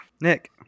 Nick